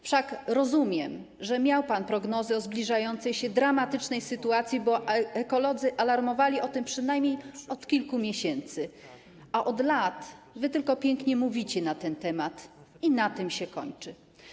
Wszak rozumiem, że miał pan prognozy dotyczące zbliżającej się dramatycznej sytuacji, bo ekolodzy alarmowali o tym przynajmniej od kilku miesięcy, a wy od lat tylko pięknie mówicie na ten temat i na tym się kończy.